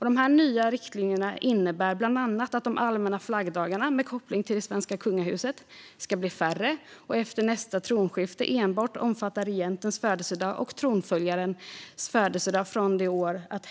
De nya riktlinjerna innebär bland annat att de allmänna flaggdagarna med koppling till det svenska kungahuset ska bli färre och efter nästa tronskifte enbart omfatta regentens födelsedag och tronföljarens födelsedag från det år att hen fyller 18 år.